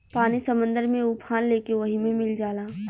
पानी समुंदर में उफान लेके ओहि मे मिल जाला